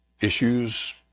issues